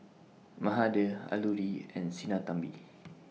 Mahade Alluri and Sinnathamby